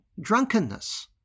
drunkenness